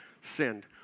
sinned